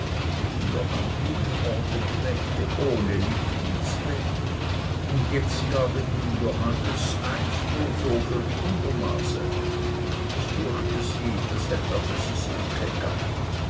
müssen doch an vielen orten knechte ohne licht ins bett und jetzt gab ihnen johannes eins nur so für die gwundernase es düechte sie das hätte afe sy